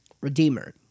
redeemer